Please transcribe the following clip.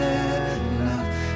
enough